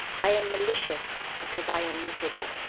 i am malicious because i am miserable.